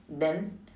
then